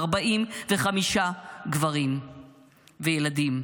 45 גברים וילדים.